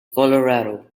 colorado